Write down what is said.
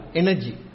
energy